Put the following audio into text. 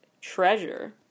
Treasure